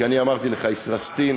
כי אני אמרתי לך: פלסטין,